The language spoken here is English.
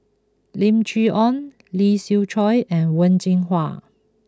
Lim Chee Onn Lee Siew Choh and Wen Jinhua